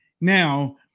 now